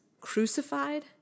crucified